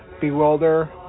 bewilder